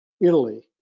Italy